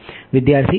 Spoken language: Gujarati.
વિદ્યાર્થી 45